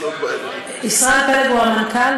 ישראל פלג הוא המנכ"ל.